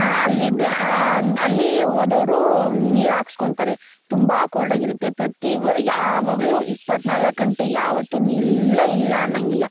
ಅಲ್ಲಿದೆ ಅಲ್ಲಿ ಹೋದೋವ್ರು ನೀರು ಹಾಕ್ಸ್ಕೊತಾರೆ ತುಂಬ ಕೋಲ್ಡ್ ಆಗಿರುತ್ತೆ ಪ್ರತಿ ವ ಯಾವಾಗಲೂ ಇಪ್ಪತ್ನಾಲ್ಕು ಗಂಟೆ ಯಾವತ್ತೂ ನೀರು ಇಲ್ಲ ಇಲ್ಲ ಅನ್ನೋಂಗಿಲ್ಲ